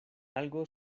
algo